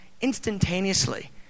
instantaneously